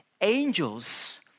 angels